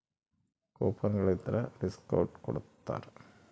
coupon ಗಳಿದ್ರ discount ಕೊಡ್ತಾರ